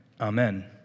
amen